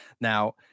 Now